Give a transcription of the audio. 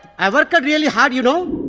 i worked really hard. you know